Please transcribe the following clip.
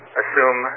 assume